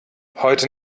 heute